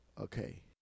Okay